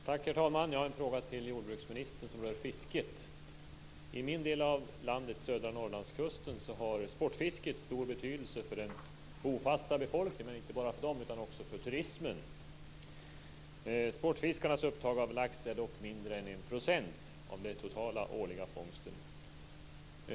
Herr talman! Jag har en fråga till jordbruksministern som rör fisket. I min del av landet, södra Norrlandskusten, har sportfisket stor betydelse för den bofasta befolkningen, men inte bara för dem utan också för turismen. Sportfiskarnas upptag av lax är dock mindre än 1 % av den totala årliga fångsten.